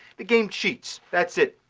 the game cheats. that's it.